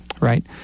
right